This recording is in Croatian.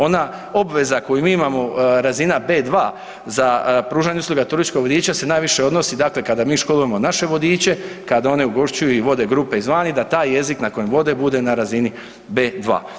Ona obveza koju mi imamo razina B2 za pružanje usluga turističkog vodiča se najviše odnosi dakle kada mi školujemo naše vodiče, kada oni ugošćuju i vode grupe izvana da taj jezik na kojem vode bude na razini B2.